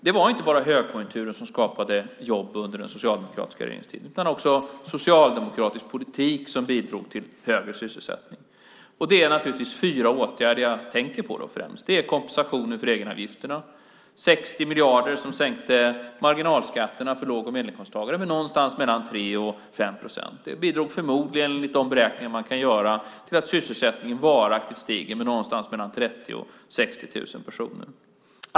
Det var inte bara högkonjunkturen som skapade jobb under den socialdemokratiska regeringstiden, utan det var också socialdemokratisk politik som bidrog till högre sysselsättning. Det är naturligtvis fyra åtgärder som jag då främst tänker på. Det är kompensationen för egenavgifterna, de 60 miljarder som sänkte marginalskatterna för låg och medelinkomsttagare med någonstans mellan 3 och 5 procent, som enligt de beräkningar man kan göra förmodligen bidrog till att sysselsättningen varaktigt steg med 30 000-60 000 personer.